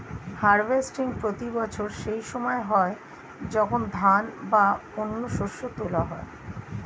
harvesting প্রতি বছর সেই সময় হয় যখন ধান বা অন্য শস্য তোলা হয়